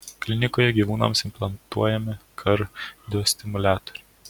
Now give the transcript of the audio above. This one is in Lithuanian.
klinikoje gyvūnams implantuojami kardiostimuliatoriai